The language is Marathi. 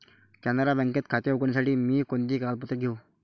कॅनरा बँकेत खाते उघडण्यासाठी मी कोणती कागदपत्रे घेऊ?